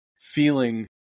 feeling